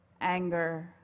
anger